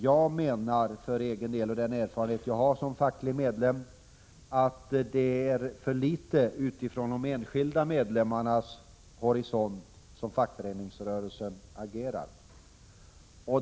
Jag menar för egen del med den erfarenhet jag har som facklig medlem att det är för litet utifrån de enskilda medlemmarnas horisont som fackföreningsrörelsen agerar.